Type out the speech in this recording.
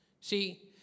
See